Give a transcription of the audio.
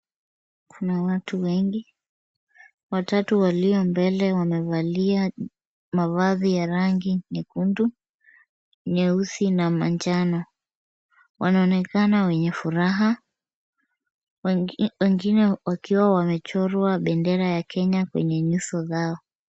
Kuna watu wengi, watatu walio mbele wamevalia mavazi ya rangi nyekundu, nyeusi na manjano . Wanaonekana wenye furaha wengine wakiwa wamechorwa bendera ya kenya kwenye nyuso zao.